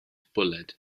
bwled